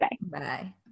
Bye